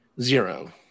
zero